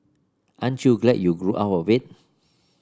aren't you glad you grew out of it